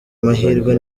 mahirwe